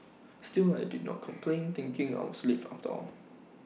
still I did not complain thinking I was late after all